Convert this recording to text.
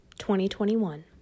2021